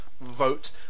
vote